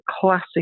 classic